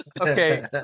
Okay